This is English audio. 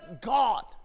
God